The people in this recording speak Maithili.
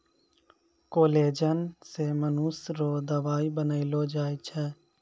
कोलेजन से मनुष्य रो दवाई बनैलो जाय छै